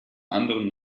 anderen